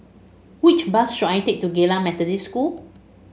which bus should I take to Geylang Methodist School